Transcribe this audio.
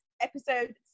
episode